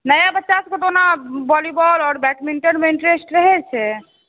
नया बच्चा सभकेँ तऽओना भॉलीबाल और बैडमिण्टनमे इन्ट्रेस्ट रहैछै